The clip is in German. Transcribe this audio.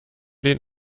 den